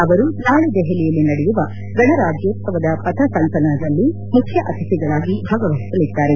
ಅವರು ನಾಳೆ ದೆಹಲಿಯಲ್ಲಿ ನಡೆಯುವ ಗಣರಾಜ್ಯೋತ್ಸವದ ಪಥ ಸಂಚಲನದಲ್ಲಿ ಮುಖ್ಯ ಅತಿಥಿಗಳಾಗಿ ಭಾಗವಹಿಸಲಿದ್ದಾರೆ